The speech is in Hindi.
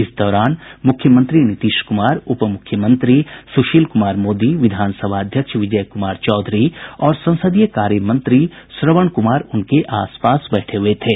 इस दौरान मुख्यमंत्री नीतीश कुमार उप मुख्यमंत्री सुशील कुमार मोदी विधानसभा अध्यक्ष विजय कुमार चौधरी और संसदीय कार्य मंत्री श्रवण कुमार उनके आसपास बैठे हुये थे